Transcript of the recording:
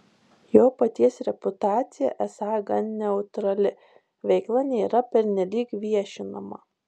jo paties reputacija esą gan neutrali veikla nėra pernelyg viešinama